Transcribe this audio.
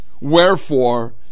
Wherefore